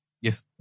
Yes